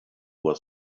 was